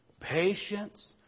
patience